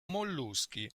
molluschi